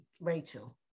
Rachel